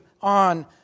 on